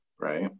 right